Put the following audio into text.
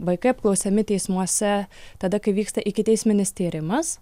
vaikai apklausiami teismuose tada kai vyksta ikiteisminis tyrimas